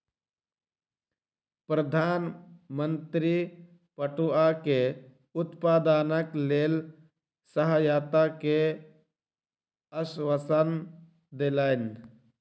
प्रधान मंत्री पटुआ के उत्पादनक लेल सहायता के आश्वासन देलैन